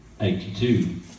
Eighty-two